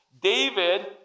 David